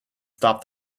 stop